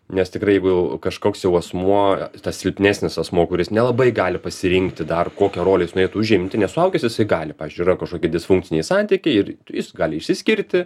nes tikrai jeigu jau kažkoks jau asmuo tas silpnesnis asmuo kuris nelabai gali pasirinkti dar kokią rolę jis norėtų užimti nes suaugęs jisai gali pavyzdžiui yra kažkokie disfunkciniai santykiai ir jis gali išsiskirti